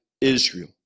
Israel